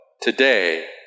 today